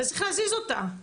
וצריך להזיז אותה.